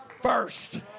first